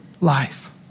life